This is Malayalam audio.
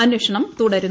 അന്വേഷണം തുടരുന്നു